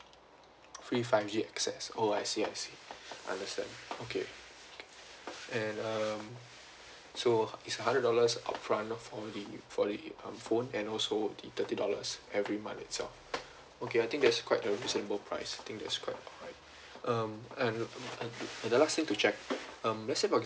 free five G access oh I see I see understand okay and um so it's a hundred dollars upfront for the for the um phone and also the thirty dollars every month itself okay I think that is quite a reasonable price I think that is quite alright um and the last thing to check um let's say for